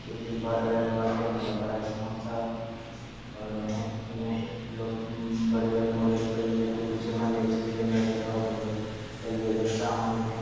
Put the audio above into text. cricket bat ball खेढने दा बड़ा शौंक हा और में में लग बड़े बड़े मुड़े भइये अग्गें पिच्छें म्हल्ले च जेह्के मेरे तां ओह् बंदे खेढदे दिखदा हा उ'नें ई में